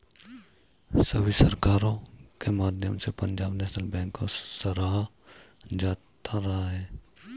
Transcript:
सभी सरकारों के माध्यम से पंजाब नैशनल बैंक को सराहा जाता रहा है